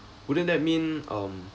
wouldn't that mean um